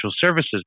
services